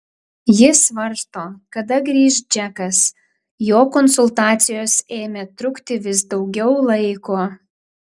ji svarsto kada grįš džekas jo konsultacijos ėmė trukti vis daugiau laiko